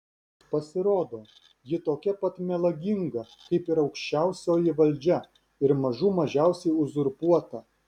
pasirodo ji tokia pat melaginga kaip ir aukščiausioji valdžia ir mažų mažiausiai uzurpuota